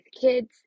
kids